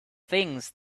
things